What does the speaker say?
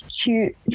cute